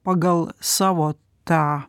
pagal savo tą